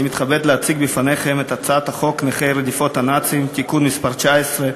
אני מתכבד להציג בפניכם את הצעת חוק נכי רדיפות הנאצים (תיקון מס' 19),